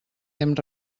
temps